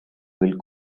will